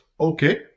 Okay